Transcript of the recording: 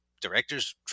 directors